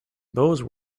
those